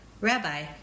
Rabbi